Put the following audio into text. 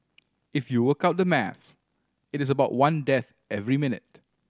if you work out the maths it is about one death every minute